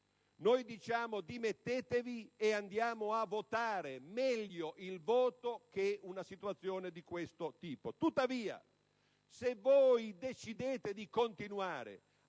Noi diciamo: «dimettetevi e andiamo a votare». Meglio il voto che una situazione di questo tipo!